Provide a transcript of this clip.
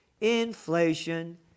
Inflation